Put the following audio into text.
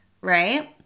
right